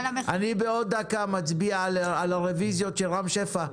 עוד רגע נצביע על הרביזיות של רם שפע,